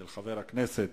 נתקבל.